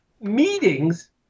meetings